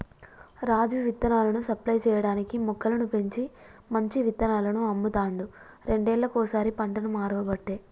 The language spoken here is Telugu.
రాజు విత్తనాలను సప్లై చేయటానికీ మొక్కలను పెంచి మంచి విత్తనాలను అమ్ముతాండు రెండేళ్లకోసారి పంటను మార్వబట్టే